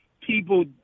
people